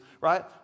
right